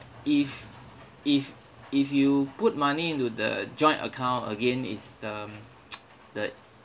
if if if you put money into the joint account again is the mm the